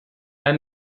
der